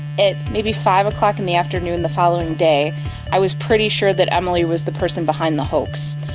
at maybe five o'clock in the afternoon the following day i was pretty sure that emily was the person behind the hoax.